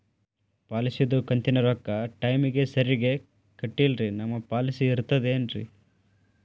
ಪಾಲಿಸಿದು ಕಂತಿನ ರೊಕ್ಕ ಟೈಮಿಗ್ ಸರಿಗೆ ಕಟ್ಟಿಲ್ರಿ ನಮ್ ಪಾಲಿಸಿ ಇರ್ತದ ಏನ್ರಿ?